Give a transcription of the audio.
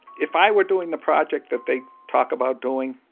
if i were doing the project that they talk about doing?